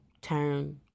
turn